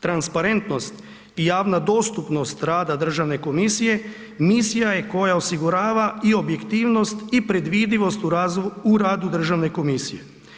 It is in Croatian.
Transparentnost i javna dostupnost rada Državne komisije, misija je koja osigurava i objektivnost i predvidivost u radu Državne komisije.